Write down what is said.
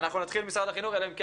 אנחנו נתחיל עם משרד החינוך אלא אם כן